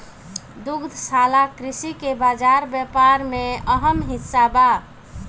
दुग्धशाला कृषि के बाजार व्यापार में अहम हिस्सा बा